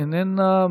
אינה נוכחת,